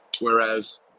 Whereas